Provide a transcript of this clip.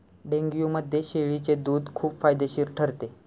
डेंग्यूमध्ये शेळीचे दूध खूप फायदेशीर ठरते